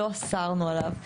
לא אסרנו עליו.